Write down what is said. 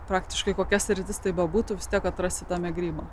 praktiškai kokia sritis tai bebūtų vis tiek atrasi tame grybą